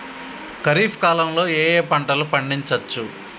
ఖరీఫ్ కాలంలో ఏ ఏ పంటలు పండించచ్చు?